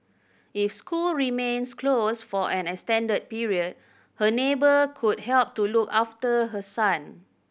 if school remains close for an extended period her neighbour could help to look after her son